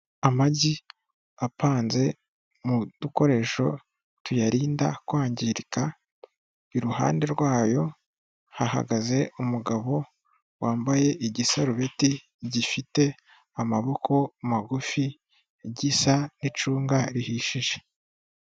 Amagi apanze mu dukoresho tuyarinda kwangirika, iruhande rwayo hahagaze umugabo wambaye igisarubeti gifite amaboko magufi, gisa n'icunga rihishije.